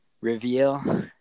reveal